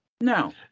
No